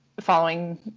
following